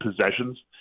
possessions